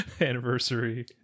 anniversary